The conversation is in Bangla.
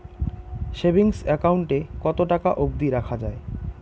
সেভিংস একাউন্ট এ কতো টাকা অব্দি রাখা যায়?